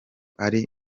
ari